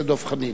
נתקבלה.